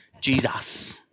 Jesus